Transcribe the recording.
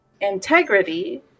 integrity